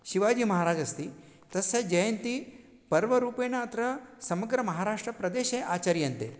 शिवाजीमहाराज अस्ति तस्य जयन्ती पर्वरूपेण अत्र समग्रमहाराष्ट्रप्रदेशे आचर्यन्ते